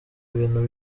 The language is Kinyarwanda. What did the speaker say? ibintu